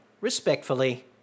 respectfully